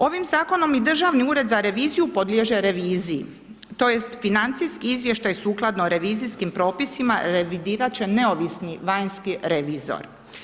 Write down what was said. Ovim zakonom i Državni ured za reviziju podliježe reviziji, tj. financijski izvještaj sukladno revizijskim propisima, revidirati će neovisni vanjski revizor.